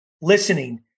listening